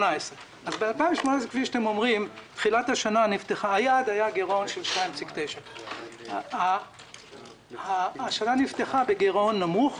ב-2018 היעד היה גירעון של 2.9%. השנה נפתחה בגירעון נמוך,